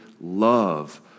love